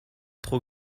trop